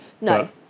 No